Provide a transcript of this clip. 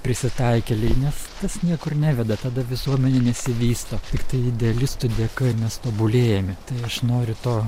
prisitaikėliai nes tas niekur neveda tada visuomenė nesivysto tiktai idealistų dėka ir mes tobulėjame tai aš noriu to